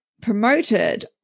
Promoted